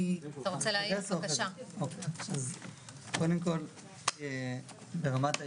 אז קודם כל ברמת העיקרון,